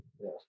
yes